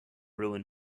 ruin